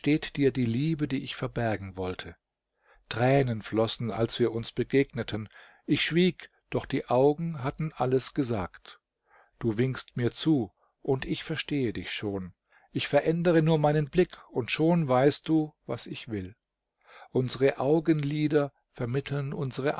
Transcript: dir die liebe die ich verbergen wollte tränen flossen als wir uns begegneten ich schwieg doch die augen hatten alles gesagt du winkst mir zu und ich verstehe dich schon ich verändere nur meinen blick und schon weißt du was ich will unsere augenlider vermitteln unsre